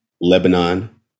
Lebanon